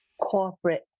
corporate